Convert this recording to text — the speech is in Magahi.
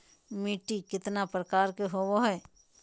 मिट्टी केतना प्रकार के होबो हाय?